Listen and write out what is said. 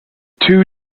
two